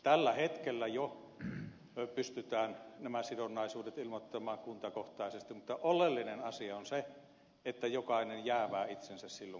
tällä hetkellä jo pystytään nämä sidonnaisuudet ilmoittamaan kuntakohtaisesti mutta oleellinen asia on se että jokainen jäävää itsensä silloin kun on jäävi